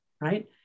right